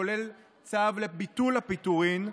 כולל צו לביטול הפיטורים,